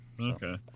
Okay